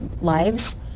lives